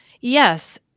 Yes